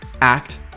Act